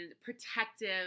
protective